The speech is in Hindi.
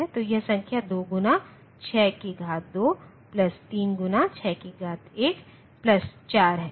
तो यह संख्या 2 गुना 6 की घात 2 प्लस 3 गुना 6 की घात 1 प्लस 4 है